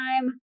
time